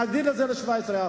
נגדיל את זה ל-17%.